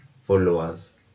followers